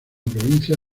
provincia